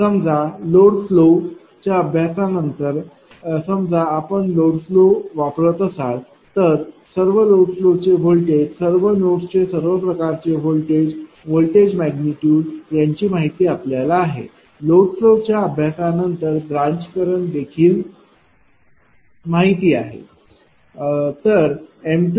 समजा load flow च्या अभ्यासानंतर समजा आपण लोड फ्लो वापरत असाल तर सर्व लोड चे व्होल्टेज सर्व नोड्सचे सर्व प्रकारचे व्होल्टेज व्होल्टेज मैग्निट्यूड यांची माहिती आपल्याला आहे लोड फ्लो च्या अभ्यासानंतर ब्रांच करंट देखील माहिती आहे